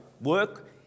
work